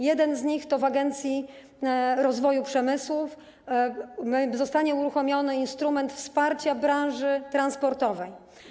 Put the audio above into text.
Jeden z nich to: w Agencji Rozwoju Przemysłu zostanie uruchomiony instrument wsparcia branży transportowej.